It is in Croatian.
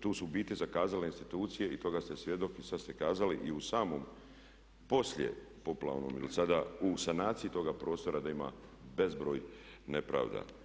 tu su u biti zakazale institucije i toga ste svjedok i sada ste kazali i u samom poslije poplavnom ili sada u sanaciji toga prostora da ima bezbroj nepravda.